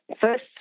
first